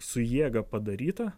su jėga padaryta